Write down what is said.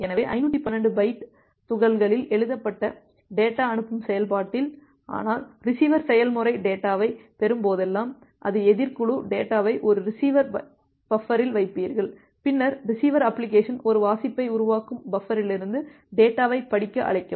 எனவே 512 பைட் துகள்களில் எழுதப்பட்ட டேட்டா அனுப்பும் செயல்பாட்டில் ஆனால் ரிசீவர் செயல்முறை டேட்டாவைப் பெறும் போதெல்லாம் அது எதிர் குழு டேட்டாவை ஒரு ரிசீவர் பஃப்பரில் வைப்பீர்கள் பின்னர் ரிசீவர் அப்ளிகேஷன் ஒரு வாசிப்பை உருவாக்கும் பஃபரிலிருந்து டேட்டாவைப் படிக்க அழைக்கவும்